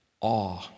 Awe